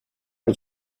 non